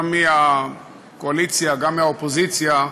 גם מהקואליציה, גם מהאופוזיציה,